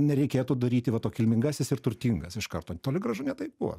nereikėtų daryti va to kilmingasis ir turtingas iš karto toli gražu ne taip buvo